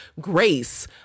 grace